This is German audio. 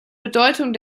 bedeutung